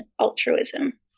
altruism